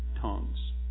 tongues